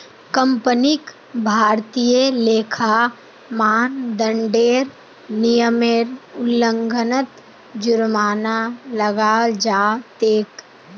कंपनीक भारतीय लेखा मानदंडेर नियमेर उल्लंघनत जुर्माना लगाल जा तेक